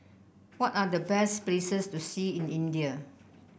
what are the best places to see in India